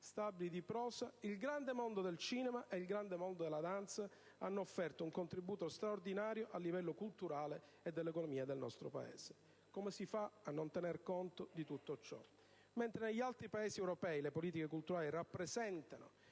stabili di prosa, il grande mondo del cinema e il grande mondo della danza hanno offerto un contributo straordinario al livello culturale e dell'economia del nostro Paese. Come si fa a non tener conto di tutto ciò? Mentre negli altri Paesi europei le politiche culturali rappresentano